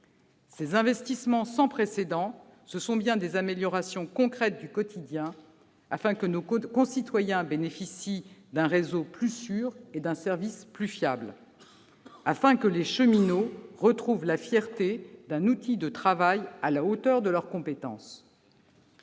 Ces investissements sans précédent, ce sont bien des améliorations concrètes du quotidien pour que nos concitoyens bénéficient d'un réseau plus sûr et d'un service plus fiable, pour que les cheminots retrouvent la fierté d'un outil de travail à la hauteur de leurs compétences.